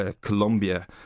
Colombia